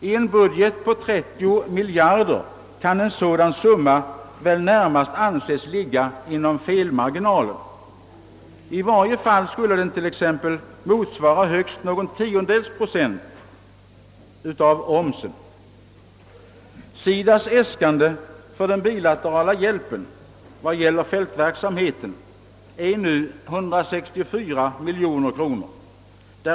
I en budget på 30 miljarder kan en sådan summa närmast anses ligga inom felmarginalen. I varje fall skulle den motsvara högst någon tiondels procent av omsättningsskatten. SIDA:s äskanden för den bilaterala hjälpen vad gäller fältverksamheten är nu 164 miljoner kronor.